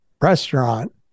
restaurant